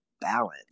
balance